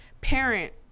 parent